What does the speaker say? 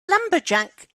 lumberjack